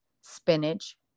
spinach